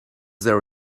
there